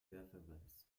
querverweis